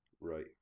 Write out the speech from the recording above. Right